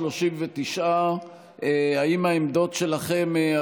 39. האם העמדות שלכם,